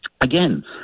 Again